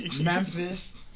Memphis